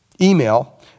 email